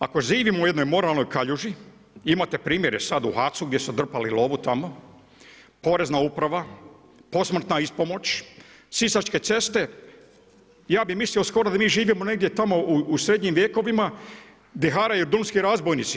Ako živimo u jednoj moralnoj kaljuži, imate primjere sada u HAC-u gdje su drpali lovu tamo, Porezna uprava, posmrtna ispomoć, Sisačke ceste ja bi mislio skoro da mi živimo negdje tamo u srednjim vjekovima gdje haraju drumski razbojnici.